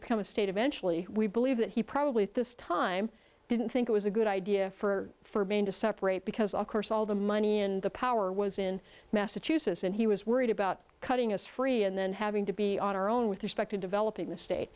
become a state eventually we believe that he probably at this time didn't think it was a good idea for for maine to separate because of course all the money in the power was in massachusetts and he was worried about cutting us free and then having to be on our own with respect to developing the state